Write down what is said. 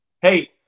Hey